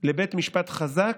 לבית משפט חזק,